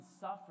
suffer